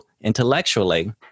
intellectually